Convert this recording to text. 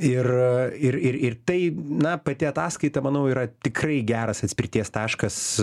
ir ir ir ir tai na pati ataskaita manau yra tikrai geras atspirties taškas